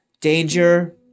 Danger